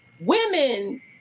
women